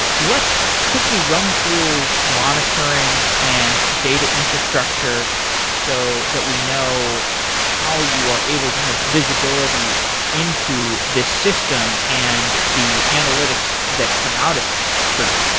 let's quickly run through monitoring and data infrastructure so that we know how you are able to have visibility into this system and the analytics that come out of it. sure.